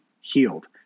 healed